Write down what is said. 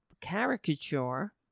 caricature